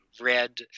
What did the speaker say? red